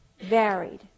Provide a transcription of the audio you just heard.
varied